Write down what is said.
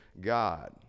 God